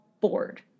board